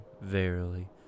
verily